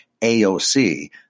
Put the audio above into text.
AOC